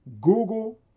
Google